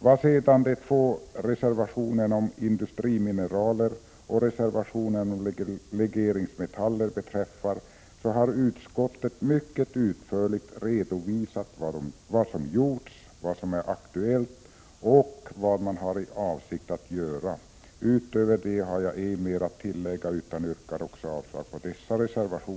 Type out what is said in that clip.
Vad sedan de två reservationerna om industrimineraler och reservationen om legeringsmetaller beträffar har utskottet mycket utförligt redovisat vad som gjorts, vad som är aktuellt och vad man har för avsikt att göra. Utöver — Prot. 1986/87:132 det har jag inte mer att tillägga utan yrkar avslag även på dessa reservationer.